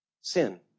Sin